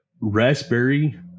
raspberry